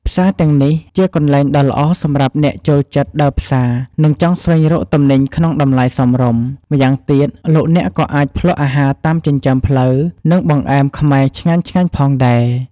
ផ្សារទាំងនេះជាកន្លែងដ៏ល្អសម្រាប់អ្នកចូលចិត្តដើរផ្សារ និងចង់ស្វែងរកទំនិញក្នុងតម្លៃសមរម្យ ម្យ៉ាងទៀតលោកអ្នកក៏អាចភ្លក់អាហារតាមចិញ្ចើមផ្លូវ និងបង្អែមខ្មែរឆ្ងាញ់ៗផងដែរ។